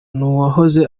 n’uwahoze